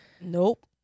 Nope